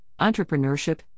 entrepreneurship